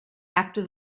after